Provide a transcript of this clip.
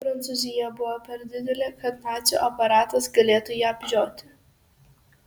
prancūzija buvo per didelė kad nacių aparatas galėtų ją apžioti